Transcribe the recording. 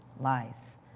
lies